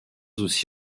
aussi